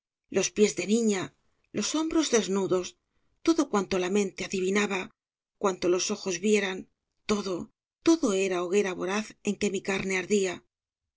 los pies de niña los hombros desnudos todo cuanto la mente adivinaba cuanto los ojos vieran todo todo era hoguera voraz en que mi carne ardía